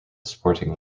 sporting